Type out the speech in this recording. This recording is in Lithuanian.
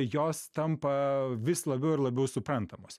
jos tampa vis labiau ir labiau suprantamos